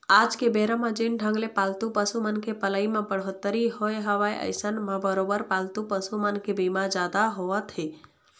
आज के बेरा जेन ढंग ले पालतू पसु मन के पलई म बड़होत्तरी होय हवय अइसन म बरोबर पालतू पसु मन के बीमा जादा होवत हे